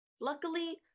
Luckily